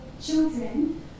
children